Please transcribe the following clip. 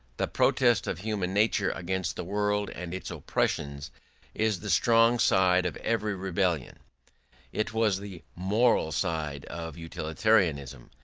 the protest of human nature against the world and its oppressions is the strong side of every rebellion it was the moral side of utilitarianism,